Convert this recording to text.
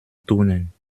turnen